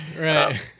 Right